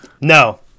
No